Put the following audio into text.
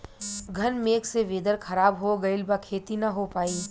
घन मेघ से वेदर ख़राब हो गइल बा खेती न हो पाई